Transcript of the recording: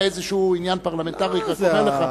גם אני משלם את משכורתו, הוא צריך לייצג גם אותי.